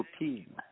routine